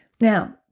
Now